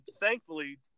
thankfully